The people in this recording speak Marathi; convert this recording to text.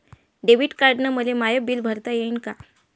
डेबिट कार्डानं मले माय बिल भरता येईन का?